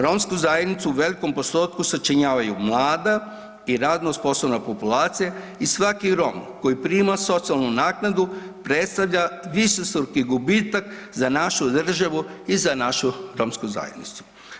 Romsku zajednicu u velikom postotku sačinjavaju mlada i radno sposobna populacija i svaki Rom koji prima socijalnu naknadu predstavlja višestruki gubitak za našu državu i za našu romsku zajednicu.